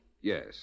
Yes